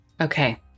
Okay